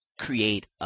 create